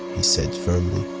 said firmly.